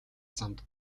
замд